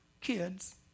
kids